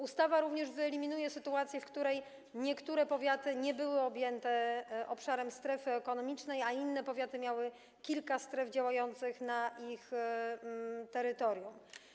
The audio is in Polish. Ustawa wyeliminuje także sytuację, w której niektóre powiaty nie były objęte obszarem strefy ekonomicznej, a inne miały kilka stref działających na ich terytorium.